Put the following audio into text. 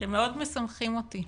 שמאוד משמחים אותי.